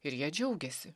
ir jie džiaugiasi